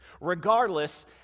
Regardless